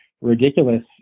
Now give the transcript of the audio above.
ridiculous